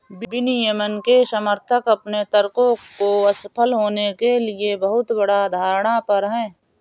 विनियमन के समर्थक अपने तर्कों को असफल होने के लिए बहुत बड़ा धारणा पर हैं